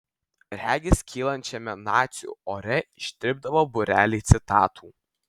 regis kylančiame nacių ore ištirpdavo būreliai citatų